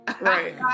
Right